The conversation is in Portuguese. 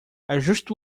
ajuste